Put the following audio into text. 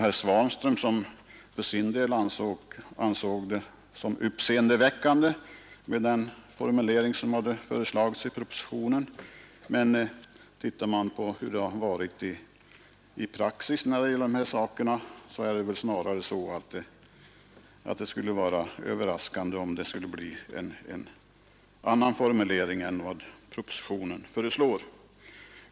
Herr Svanström ansåg den formulering som föreslås i propositionen uppseendeväckande, men tittar man på hur dessa frågor har behandlats enligt praxis finner man att det snarare skulle vara överraskande om det skulle bli en annan formulering än den som föreslås i propositionen.